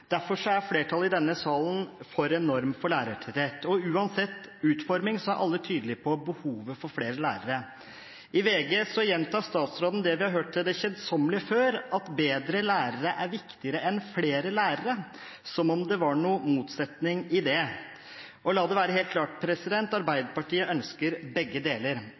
Derfor er flertallet i denne salen for en norm for lærertetthet. Uansett utforming er alle tydelig på behovet for flere lærere. I VG gjentar statsråden det vi har hørt til det kjedsommelige før, at bedre lærere er viktigere enn flere lærere – som om det var noen motsetning i det. La det være helt klart: Arbeiderpartiet ønsker begge deler.